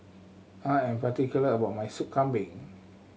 I am particular about my Soup Kambing